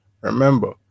Remember